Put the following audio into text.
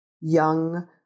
young